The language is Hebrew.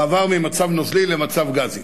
מעבר ממצב נוזלי למצב גזי,